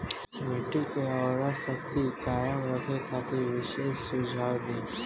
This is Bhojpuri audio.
मिट्टी के उर्वरा शक्ति कायम रखे खातिर विशेष सुझाव दी?